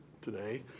today